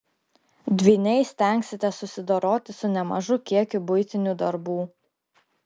dvyniai stengsitės susidoroti su nemažu kiekiu buitinių darbų